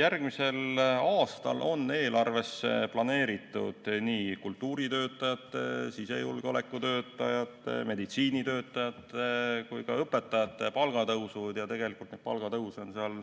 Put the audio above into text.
Järgmisel aastal on eelarvesse planeeritud nii kultuuritöötajate, sisejulgeolekutöötajate, meditsiinitöötajate kui ka õpetajate palga tõus. Tegelikult on palgatõuse seal